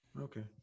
Okay